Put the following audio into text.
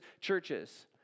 churches